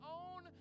own